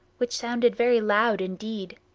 which sounded very loud indeed.